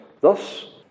Thus